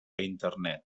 internet